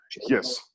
Yes